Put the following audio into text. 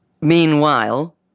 meanwhile